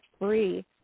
free